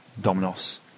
Dominos